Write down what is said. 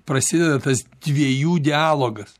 prasideda tas dviejų dialogas